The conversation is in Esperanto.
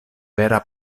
vera